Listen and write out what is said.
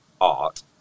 art